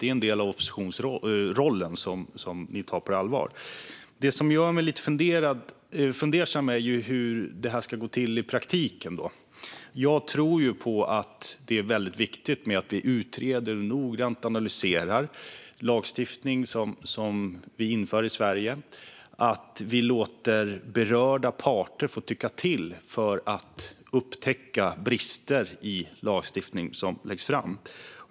Det är en del av oppositionsrollen som ni tar på allvar. Det som gör mig lite fundersam är hur det här ska gå till i praktiken. Det är väldigt viktigt att vi noggrant utreder och analyserar lagstiftning som vi inför i Sverige och låter berörda parter få tycka till för att upptäcka brister i lagstiftning som läggs fram.